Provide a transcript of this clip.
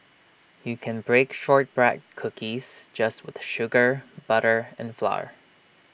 you can bake Shortbread Cookies just with sugar butter and flour